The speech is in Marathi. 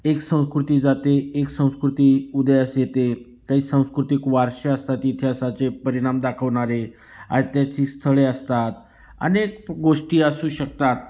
एक संस्कृती जाते एक संस्कृती उदयास येते काही सांस्कृतिक वारसे असतात इतिहासाचे परिणाम दाखवणारे ऐतिहासिक स्थळे असतात अनेक गोष्टी असू शकतात